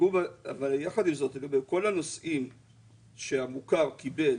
יחד עם זאת, לגבי כל הנושאים שהמוכר קיבל,